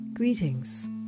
Greetings